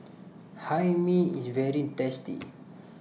Hae Mee IS very tasty